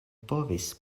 povis